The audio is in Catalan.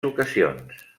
ocasions